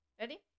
Ready